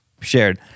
shared